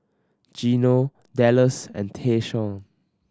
Geno Dallas and Tayshaun